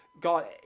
God